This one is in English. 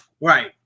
Right